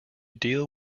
deal